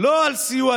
מגיעים